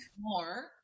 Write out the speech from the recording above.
more